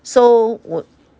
so 我